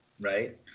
right